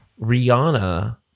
Rihanna